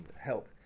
help